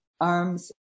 Arms